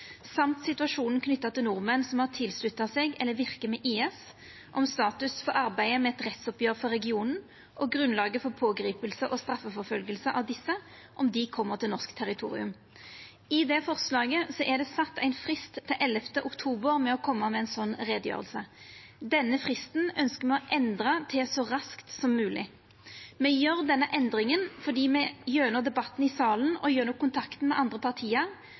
har tilsluttet seg eller virket med IS, om status for arbeidet med et rettsoppgjør i regionen og grunnlaget for pågripelse og straffeforfølgelse av disse om de kommer til norsk territorium.» I det forslaget er det sett ein frist til 11. oktober med å koma med ei slik utgreiing. Denne fristen ønskjer me å endra til «så raskt som mulig». Me gjer denne endringa fordi me gjennom debatten i salen og gjennom kontakten med andre parti